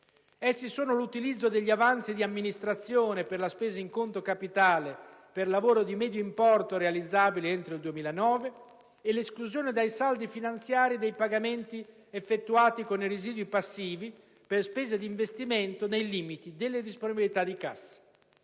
riferisco all'utilizzo degli avanzi di amministrazione per la spesa in conto capitale per lavori di medio importo realizzabili entro il 2009 e all'esclusione dai saldi finanziari dei pagamenti effettuati con i residui passivi per spese di investimento nei limiti della disponibilità di cassa.